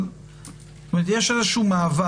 אבל יש מעבר.